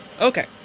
Okay